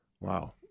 Wow